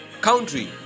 country